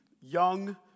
young